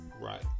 Right